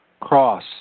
Cross